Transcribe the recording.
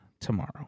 tomorrow